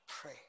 pray